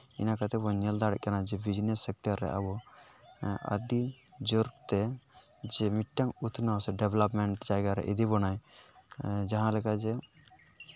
ᱤᱱᱟᱹ ᱠᱟᱛᱮᱫ ᱵᱚᱱ ᱧᱮᱞ ᱫᱟᱲᱮᱜ ᱠᱟᱱᱟ ᱡᱮ ᱵᱤᱡᱽᱱᱮᱥ ᱥᱮᱠᱴᱚᱨ ᱨᱮ ᱟᱵᱚ ᱟᱹᱰᱤ ᱡᱳᱨᱛᱮ ᱡᱮ ᱢᱤᱫᱴᱟᱱ ᱩᱛᱱᱟᱹᱣ ᱥᱮ ᱰᱮᱵᱷᱞᱚᱯᱢᱮᱱᱴ ᱡᱟᱭᱜᱟ ᱨᱮ ᱤᱫᱤ ᱵᱚᱱᱟᱭ ᱡᱟᱦᱟᱸ ᱞᱮᱠᱟ ᱡᱮ